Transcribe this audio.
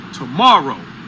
tomorrow